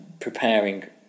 preparing